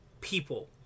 people